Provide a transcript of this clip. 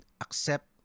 accept